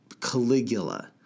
Caligula